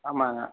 ஆமாம்ங்க